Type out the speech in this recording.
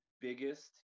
biggest